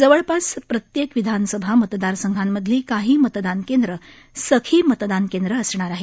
जवळपास प्रत्येक विधानसभा मतदारसंघांमधली काही मतदान केंद्र सखी मतदान केंद्र असणार आहेत